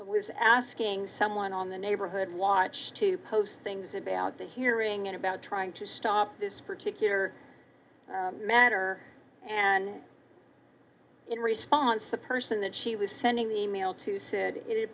was asking someone on the neighborhood watch to post things about the hearing about trying to stop this particular matter and in response the person that she was sending the e mail to said it